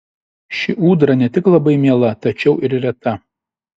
ši ūdra ne tik labai miela tačiau ir reta